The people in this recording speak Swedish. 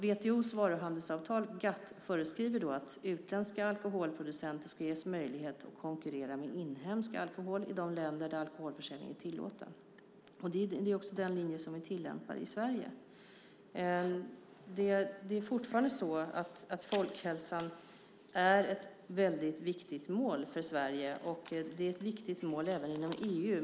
WTO:s varuhandelsavtal, GATT, föreskriver då att utländska alkoholproducenter ska ges möjlighet att konkurrera med inhemsk alkohol i de länder där alkoholförsäljning är tillåten. Det är också den linje som är tillämpad i Sverige. Folkhälsan är fortfarande ett väldigt viktigt mål för Sverige. Det är ett viktigt mål även inom EU.